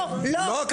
לא, לא.